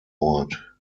ort